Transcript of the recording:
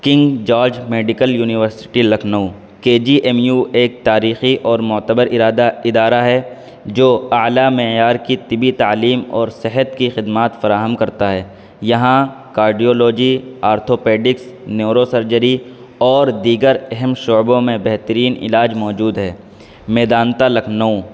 keying George Medical University Lucknow کے G M U ایک تاریخی اور معتبر ارادہ ادارہ ہے جو اعلیٰ معیار کی طبی تعلیم اور صحت کی خدمات فراہم کرتا ہے یہاں کارڈیولوجی آرتھوپیڈکس نیوسرجری اور دیگر اہم شعبوں میں بہترین علاج موجود ہے میدانتا لکھنؤ